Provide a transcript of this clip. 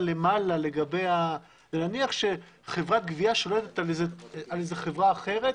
למעלה נניח שחברת גבייה שולטת על חברה אחרת,